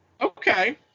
okay